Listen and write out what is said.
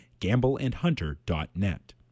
gambleandhunter.net